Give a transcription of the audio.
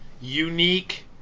unique